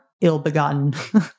ill-begotten